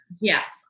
Yes